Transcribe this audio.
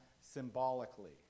symbolically